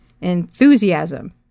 Enthusiasm